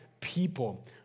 people